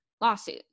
lawsuit